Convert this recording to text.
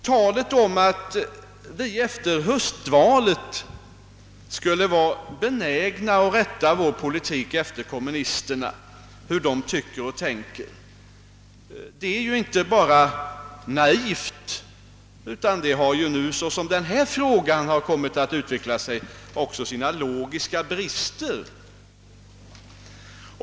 Talet om att vi efter höstvalet skulle vara benägna att rätta vår politik efter hur kommunisterna tycker och tänker är inte bara naivt utan har också, som denna fråga har kommit att utveckla sig, sina logiska brister.